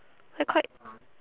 I quite